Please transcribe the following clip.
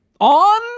on